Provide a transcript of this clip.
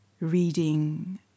reading